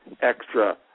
extra